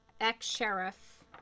ex-sheriff